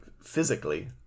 physically